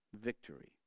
victory